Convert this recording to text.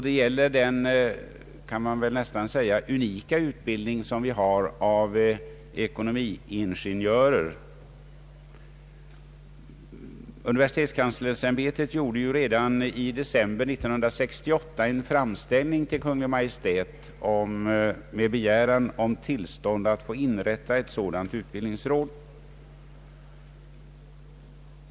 Det gäller den — man kan väl nästan säga unika — utbildning som vi har av ekonomiingenjörer. Universitetskanslersämbetet gjorde ju redan i december 1968 en framställning till Kungl. Maj:t med begäran om tillstånd att få inrätta ett sådant utbildningsråd.